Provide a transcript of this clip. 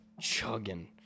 chugging